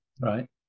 right